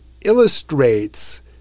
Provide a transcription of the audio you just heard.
illustrates